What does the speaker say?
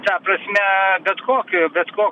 ta prasme bet kokiu bet ko